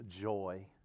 joy